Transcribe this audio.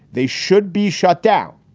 they should be shut down.